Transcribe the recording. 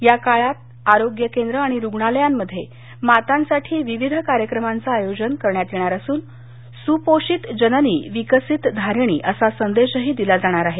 या काळात आरोग्य केंद्र आणि रुग्णालयांमध्ये मातांसाठी विविध कार्यक्रमांचं आयोजन करण्यात येणार असून सुपोषित जननी विकसित धारिणी असा संदेशही दिला जाणार आहे